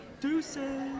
deuces